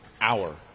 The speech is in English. hour